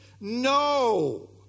No